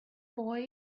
boy